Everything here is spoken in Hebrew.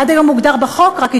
עד היום הוגדרו בחוק רק עיתונות,